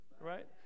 right